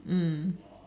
mm